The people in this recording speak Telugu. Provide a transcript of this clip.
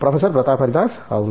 ప్రొఫెసర్ ప్రతాప్ హరిదాస్ అవును